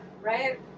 right